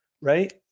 right